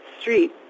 street